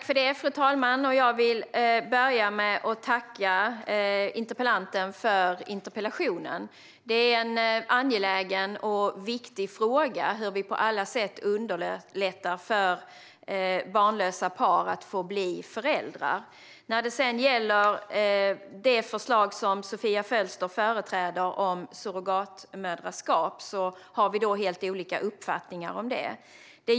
Fru talman! Jag vill börja med att tacka interpellanten för interpellationen. Det är en angelägen och viktig fråga hur vi på alla sätt kan underlätta för barnlösa par att bli föräldrar. När det gäller det förslag om surrogatmoderskap som Sofia Fölster företräder har vi helt olika uppfattning.